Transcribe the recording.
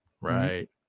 right